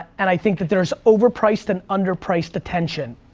and i think that there's overpriced and under-priced attention.